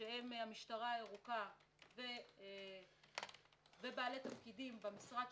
שהם המשטרה הירוקה ובעלי תפקידים במשרד,